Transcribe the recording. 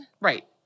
Right